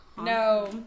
No